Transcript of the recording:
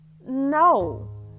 no